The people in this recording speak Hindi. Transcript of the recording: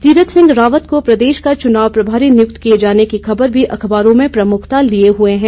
तीरथ सिंह रावत को प्रदेश का चुनाव प्रभारी नियुक्त किए जाने की खबर भी अखबारों में प्रमुखता लिए हुए है